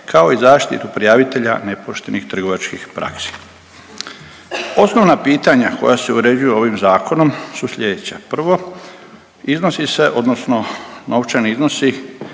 kao i zaštitu prijavitelja nepoštenih trgovačkih praksi. Osnovna pitanja koja se uređuju ovim zakonom su slijedeća. Prvo, iznosi se odnosno novčani iznosi